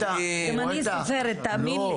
גם אני סופרת, תאמין לי.